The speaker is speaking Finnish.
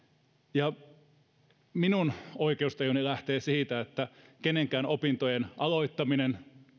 minun oikeustajuni lähtee siitä että kenenkään opintojen aloittaminen